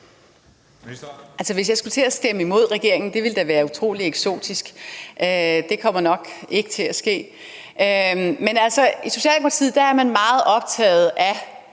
Altså, hvis jeg skulle til at stemme imod regeringen, ville det da være utrolig eksotisk. Det kommer nok ikke til at ske. Men altså, i Socialdemokratiet er man meget optaget af